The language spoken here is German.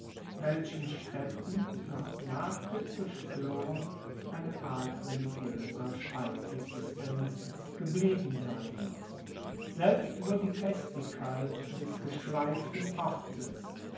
welchen staedten noch nach der zerstoerung eine art religioeser scheinexistenz geblieben sein muss selbst wo die festigkeit des geschleiften ortes